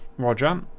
Roger